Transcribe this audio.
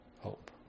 hope